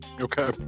okay